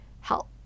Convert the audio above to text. help